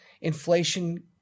inflation